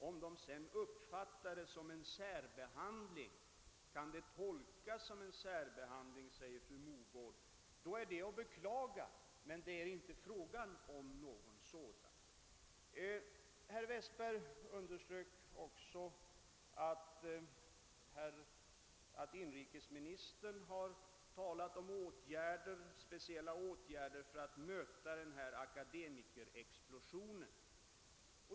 Om vederbörande sedan uppfattar detta som en särbehandling — fru Mogård sade att det kan tolkas på detta sätt — är det att beklaga, men det är inte fråga om något sådant. Herr Westberg underströk att inrikesministern talat om speciella åtgärder för att möta akademikerexplosionen.